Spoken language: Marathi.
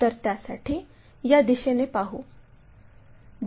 तर त्यासाठी या दिशेने पाहू